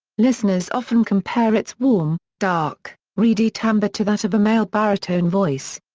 listeners often compare its warm, dark, reedy timbre to that of a male baritone voice.